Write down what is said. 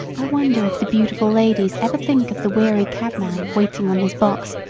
i wonder if the beautiful ladies ever think of the weary cabman waiting on his box,